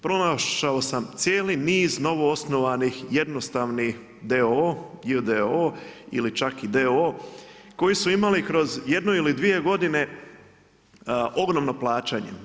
Pronašao sam cijeli niz novoosnovanih jednostavnih d.o.o., j.d.o.o. ili čak i d.o.o. koji su imali kroz jednu ili dvije godine ogromno plaćanje.